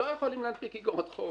לא יכולים להנפיק אגרות חוב,